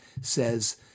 says